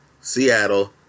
Seattle